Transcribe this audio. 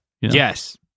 Yes